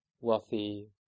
wealthy